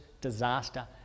disaster